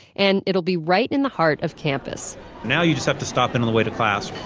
and it will be right in the heart of campus now you just have to stop in on the way to class,